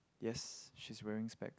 yes she's wearing spec